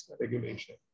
regulation